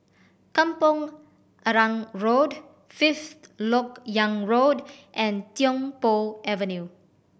Kampong Arang Road Fifth Lok Yang Road and Tiong Poh Avenue